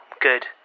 Good